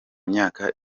myaka